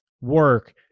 work